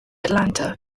atlanta